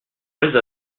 les